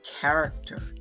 character